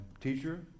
Teacher